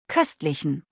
Köstlichen